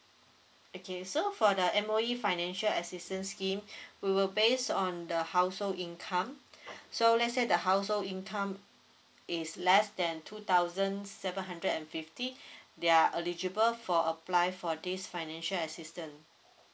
okay so for the M_O_E financial assistance scheme we will base on the household income so let's say the household income is less than two thousand seven hundred and fifty they are eligible for apply for this financial assistance